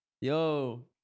Yo